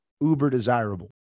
uber-desirable